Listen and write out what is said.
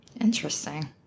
Interesting